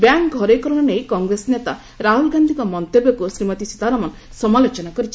bank ଘରୋଇକରଣ ନେଇ କଂଗ୍ରେସ ନେତା ରାହୁଲ ଗାନ୍ଧୀଙ୍କ ମନ୍ତବ୍ୟକୁ ଶ୍ରୀମତୀ ସୀତାରମଣ ସମାଲୋଚନା କରିଛନ୍ତି